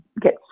get